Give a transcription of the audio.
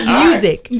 music